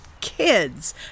kids